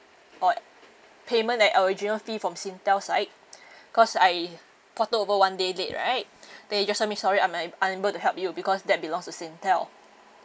or payment at original fee from Singtel side cause I ported over one day late right then he just tell me sorry I'm un~ unable to help you because that belongs to Singtel